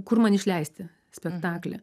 kur man išleisti spektaklį